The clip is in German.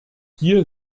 hier